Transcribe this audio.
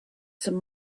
some